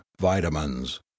vitamins